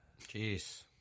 Jeez